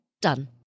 done